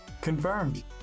Confirmed